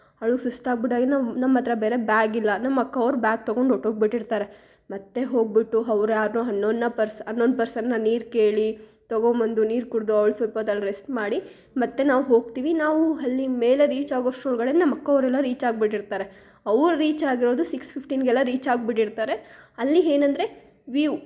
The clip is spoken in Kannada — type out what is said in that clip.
ಅವಳು ಸುಸ್ತಾಗ್ಬಿಟ್ ನಮ್ಮ ಹತ್ರ ಬೇರೆ ಬ್ಯಾಗಿಲ್ಲ ನಮ್ಮ ಅಕ್ಕ ಅವ್ರು ಬ್ಯಾಗ್ ತೊಗೊಂಡು ಹೊರ್ಟು ಹೋಗಿಬಿಟ್ಟಿರ್ತಾರೆ ಮತ್ತೆ ಹೋಗ್ಬಿಟ್ಟು ಅವ್ರ್ ಯಾರನ್ನೋ ಹನ್ನೋನ್ನ ಪರ್ಸ ಅನ್ನೋನ್ ಪರ್ಸನ್ನ ನೀರು ಕೇಳಿ ತೊಗೊಂಡ್ಬಂದು ನೀರು ಕುಡಿದು ಅವ್ಳು ಸ್ವಲ್ಪ ಹೊತ್ ಅಲ್ಲಿ ರೆಸ್ಟ್ ಮಾಡಿ ಮತ್ತೆ ನಾವು ಹೋಗ್ತೀವಿ ನಾವು ಅಲ್ಲಿ ಮೇಲೆ ರೀಚಾಗೋಷ್ಟರೊಳ್ಗಡೆ ನಮ್ಮ ಅಕ್ಕವ್ರೆಲ್ಲ ರೀಚ್ ಆಗಿಬಿಟ್ಟಿರ್ತಾರೆ ಅವ್ರು ರೀಚ್ ಆಗಿರೋದು ಸಿಕ್ಸ್ ಫಿಫ್ಟೀನ್ಗೆಲ್ಲ ರೀಚ್ ಆಗಿಬಿಟ್ಟಿರ್ತಾರೆ ಅಲ್ಲಿ ಏನಂದ್ರೆ ವೀವ್